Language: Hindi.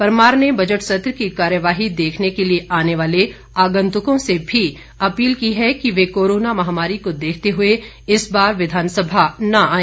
परमार ने बजट सत्र की कार्यवाही देखने के लिए आने वाले अगंतुकों से भी अपील की है कि वह कोरोना महामारी को देखते हुए इस बार विधानसभा न आए